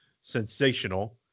sensational